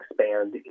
expand